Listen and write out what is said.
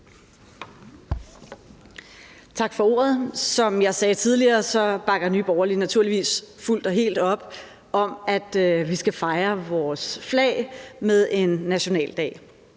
Tak for ordet. Som jeg sagde tidligere, bakker Nye Borgerlige naturligvis fuldt og helt op om, at vi skal fejre vores flag med en nationaldag.